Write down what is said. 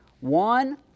One